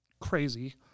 crazy